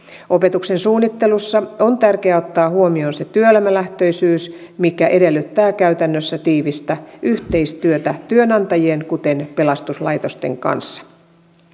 opetuksen suunnittelussa on tärkeä ottaa huomioon se työelämälähtöisyys mikä edellyttää käytännössä tiivistä yhteistyötä työnantajien kuten pelastuslaitosten kanssa